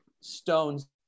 stones